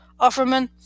Offerman